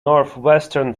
northwestern